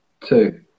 two